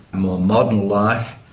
more modern life,